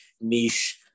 niche